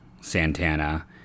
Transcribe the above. Santana